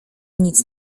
nic